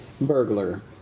burglar